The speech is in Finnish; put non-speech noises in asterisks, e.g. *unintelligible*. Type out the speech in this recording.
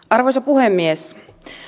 *unintelligible* arvoisa puhemies